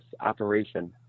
operation